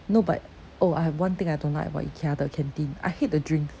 no but oh I have one thing I don't like about ikea the canteen I hate the drink